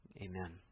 Amen